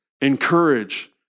encourage